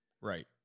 Right